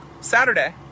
Saturday